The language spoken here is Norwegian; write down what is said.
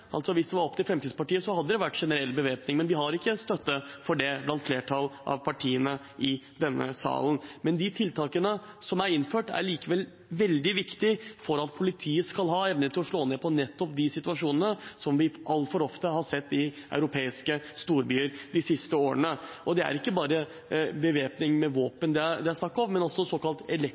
Hvis det var opp til Fremskrittspartiet, hadde det vært generell bevæpning, men vi har ikke støtte for det blant flertallet av partiene i denne salen. De tiltakene som er innført, er likevel veldig viktige for at politiet skal ha evne til å slå ned på nettopp de situasjonene som vi altfor ofte har sett i europeiske storbyer de siste årene. Det er ikke bare bevæpning med våpen det er snakk om, men også